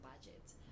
budget